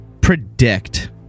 predict